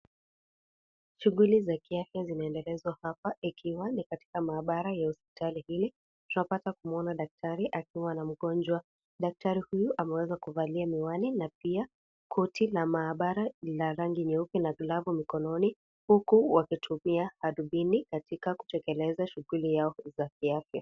Shughuli za kiafya zinaendelezwa hapa. Ikiwa ni katika maabara ya hospitali hii. Tunapata kumwona daktari akiwa na mgonjwa. Daktari huyu ameweza kuvalia miwani na pia koti la maabara ni la rangi nyeupe na glavu mikononi. Huku wakitumia darubini katika kutekeleza shughuli yao za kiafya.